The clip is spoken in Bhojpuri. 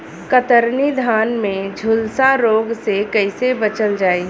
कतरनी धान में झुलसा रोग से कइसे बचल जाई?